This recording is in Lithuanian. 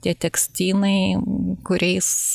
tie tekstynai kuriais